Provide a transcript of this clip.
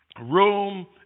Room